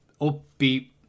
upbeat